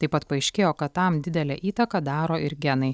taip pat paaiškėjo kad tam didelę įtaką daro ir genai